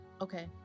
Okay